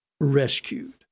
rescued